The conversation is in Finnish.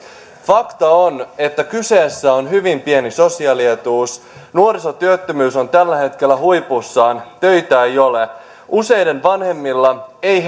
fakta on että kyseessä on hyvin pieni sosiaalietuus nuorisotyöttömyys on tällä hetkellä huipussaan töitä ei ole useiden vanhemmilla ei